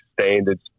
standards